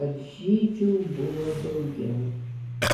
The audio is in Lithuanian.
kad žydžių buvo daugiau